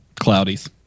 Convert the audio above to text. cloudies